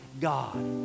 God